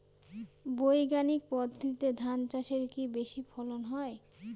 বৈজ্ঞানিক পদ্ধতিতে ধান চাষে কি বেশী ফলন হয়?